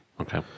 Okay